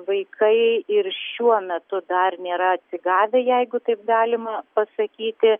vaikai ir šiuo metu dar nėra atsigavę jeigu taip galima pasakyti